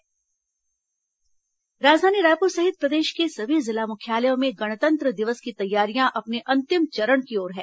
गणतंत्र दिवस तैयारी राजधानी रायपुर सहित प्रदेश के सभी जिला मुख्यालयों में गणतंत्र दिवस की तैयारियां अपने अंतिम चरण की ओर है